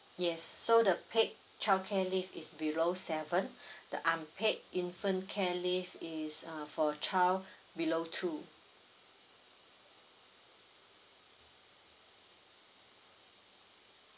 yes so the paid childcare leave is below seven the unpaid infant care leave is uh for child below two